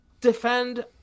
defend